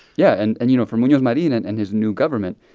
yeah. and and, you know, for munoz marin and and his new government,